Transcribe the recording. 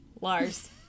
Lars